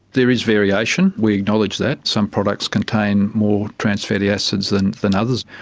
there is variation we acknowledge that some products contain more trans fatty acids than than others.